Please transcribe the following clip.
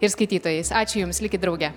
ir skaitytojais ačiū jums likit drauge